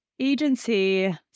Agency